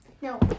No